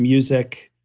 music,